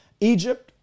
Egypt